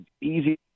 easy